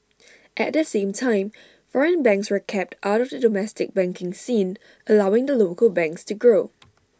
at the same time foreign banks were kept out of the domestic banking scene allowing the local banks to grow